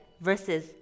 versus